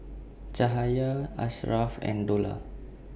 Cahaya Ashraff and Dollah